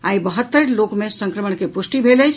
आइ बहत्तरि लोक मे संक्रमण के पुष्टि भेल अछि